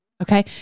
okay